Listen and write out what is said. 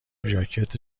ژاکت